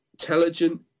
intelligent